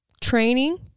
training